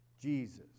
Jesus